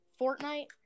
Fortnite